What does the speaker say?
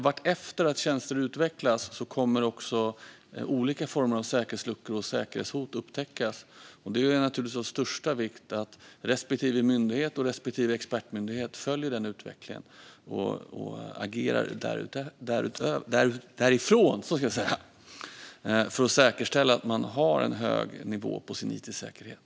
Vartefter tjänster utvecklas kommer också olika säkerhetsluckor och säkerhetshot att upptäckas. Det är naturligtvis av största vikt att respektive myndighet och respektive expertmyndighet följer den utvecklingen och agerar utifrån det för att säkerställa att man har en hög nivå på sin it-säkerhet.